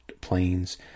planes